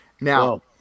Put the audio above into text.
now